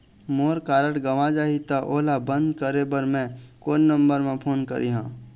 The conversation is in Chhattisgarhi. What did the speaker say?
मोर कारड गंवा जाही त ओला बंद करें बर मैं कोन नंबर म फोन करिह?